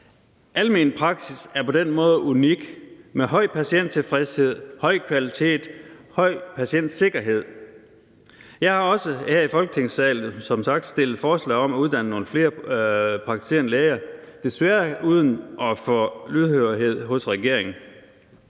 Almen praksis er på den måde unik med høj patienttilfredshed, høj kvalitet og høj patientsikkerhed. Jeg har her i Folketingssalen som sagt også stillet forslag om at uddanne nogle flere praktiserende læger, desværre uden at få lydhørhed hos regeringen.